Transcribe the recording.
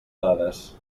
dades